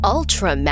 Ultra